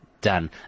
done